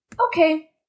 Okay